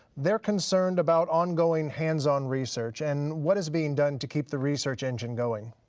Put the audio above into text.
they're concerned about ongoing hands on research and what is being done to keep the research engine going?